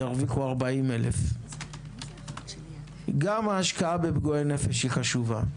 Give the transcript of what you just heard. ירוויחו 40,000. גם השקעה בפגועי נפש היא חשובה,